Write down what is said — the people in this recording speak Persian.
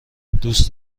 دوست